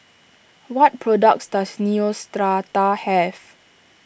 what products does Neostrata have